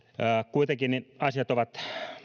kuitenkin asiat ovat